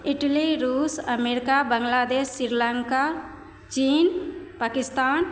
Italy रूस America Bangladesh Sri Lanka चीन पाकिस्तान